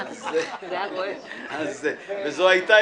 וזו הייתה,